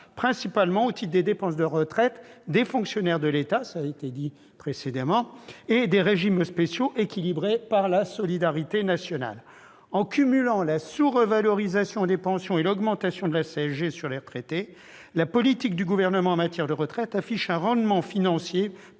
principalement au titre des dépenses de retraite des fonctionnaires de l'État et des régimes spéciaux équilibrés par la solidarité nationale. En cumulant la sous-revalorisation des pensions et l'augmentation de la CSG pour les retraités, la politique du Gouvernement en matière de retraites affiche un rendement financier